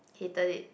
hated it